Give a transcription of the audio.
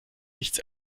nichts